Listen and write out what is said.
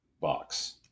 box